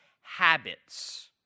habits